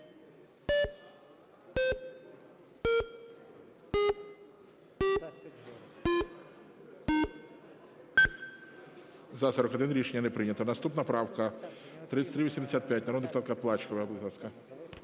За-41 Рішення не прийнято. Наступна правка 3385, народна депутатка Плачкова. Будь ласка.